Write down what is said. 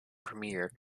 premiere